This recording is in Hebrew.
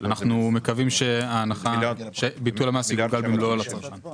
אנחנו מקווים שביטול המס יגולגל במלואו על הצרכן.